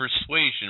persuasion